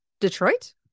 Detroit